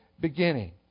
beginning